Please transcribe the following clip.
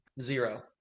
zero